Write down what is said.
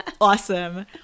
awesome